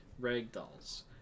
ragdolls